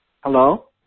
Hello